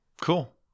Cool